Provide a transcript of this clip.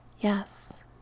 Yes